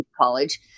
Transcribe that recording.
college